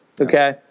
okay